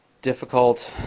difficult